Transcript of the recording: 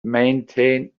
maintained